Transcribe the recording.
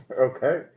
Okay